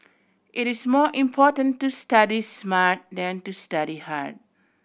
it is more important to study smart than to study hard